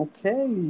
Okay